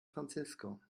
francisco